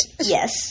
yes